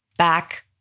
Back